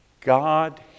God